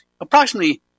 approximately